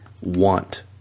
Want